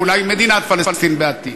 ואולי מדינת פלסטין בעתיד,